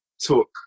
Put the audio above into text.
took